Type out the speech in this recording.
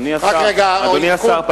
אדוני השר,